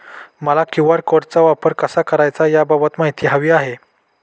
मला क्यू.आर कोडचा वापर कसा करायचा याबाबत माहिती हवी आहे